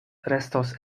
restos